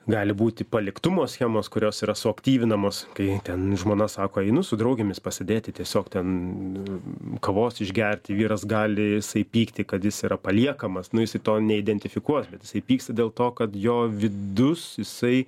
gali būti paliktumo schemos kurios yra suaktyvinamos kai ten žmona sako einu su draugėmis pasėdėti tiesiog ten kavos išgerti vyras gali jisai pykti kad jis yra paliekamas nu jisai to neidentifikuos bet jisai pyks dėl to kad jo vidus jisai